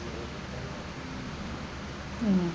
mm